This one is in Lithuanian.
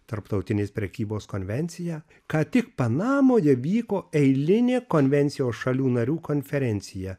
tarptautinės prekybos konvenciją ką tik panamoje vyko eilinė konvencijos šalių narių konferencija